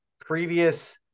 previous